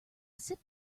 sip